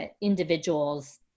individuals